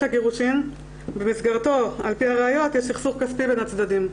הגירושין במסגרתו על-פי הראיות יש סכסוך כספי בין הצדדים".